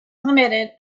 limited